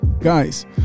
Guys